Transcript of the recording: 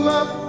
up